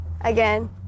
again